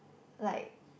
like